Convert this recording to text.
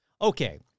Okay